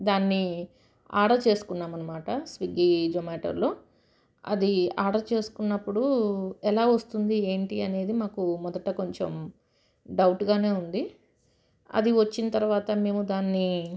దాన్ని ఆర్డర్ చేసుకున్నాం అన్నమాట స్విగ్గీ జొమాటోలో అది ఆర్డర్ చేసుకున్నప్పుడు ఎలా వస్తుంది ఏంటి అనేది మాకు మొదట కొంచెం డౌట్గానే ఉంది అది వచ్చిన తర్వాత మేము దాన్ని